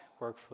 workflow